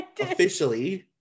Officially